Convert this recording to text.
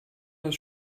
das